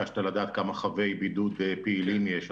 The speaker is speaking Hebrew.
ביקשת לדעת כמה חייבי בידוד פעילים יש?